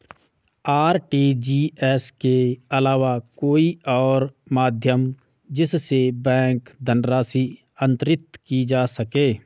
RTGS के अलावा कोई और माध्यम जिससे बैंक धनराशि अंतरित की जा सके?